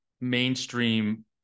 mainstream